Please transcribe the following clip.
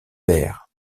paire